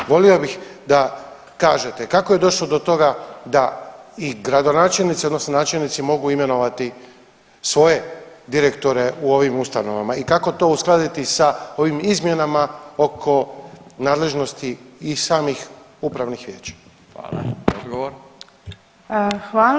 Volio bih da kažete kako je došlo do toga da i gradonačelnici odnosno načelnici mogu imenovati svoje direktore u ovim ustanovama i kako to uskladiti sa ovim izmjenama oko nadležnosti i samih upravnih vijeća?